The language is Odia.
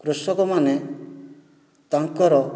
କୃଷକ ମାନେ ତାଙ୍କର